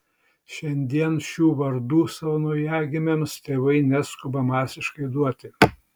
šiandien šių vardų savo naujagimiams tėvai neskuba masiškai duoti